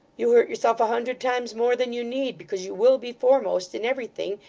you hurt yourself a hundred times more than you need, because you will be foremost in everything,